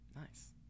nice